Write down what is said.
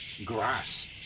Grass